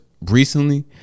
recently